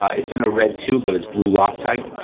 it's in a red tube but it's blue loctite.